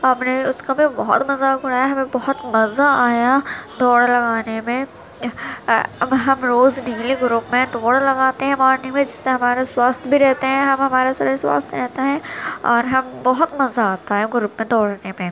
ہم نے اس کا بھی بہت مذاق اڑایا ہمیں بہت مزہ آیا دوڑ لگانے میں اب ہم روز ڈیلی گروپ میں دوڑ لگاتے ہیں مارننگ میں جس سے ہمارا سواستھ بھی رہتے ہیں ہم ہمارا شریر سواستھ رہتا ہے اور ہم بہت مزہ آتا ہے گروپ میں دوڑنے میں